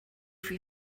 for